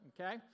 okay